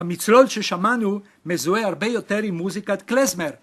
המצלול ששמענו מזוהה הרבה יותר עם מוזיקת כליזמר.